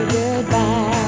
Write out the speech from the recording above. goodbye